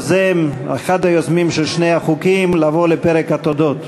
אחד היוזמים של שני החוקים, לבוא לפרק התודות.